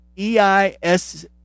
EIS